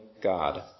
God